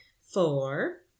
Four